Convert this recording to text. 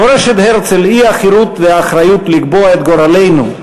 מורשת הרצל היא החירות והאחריות לקבוע את גורלנו,